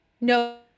No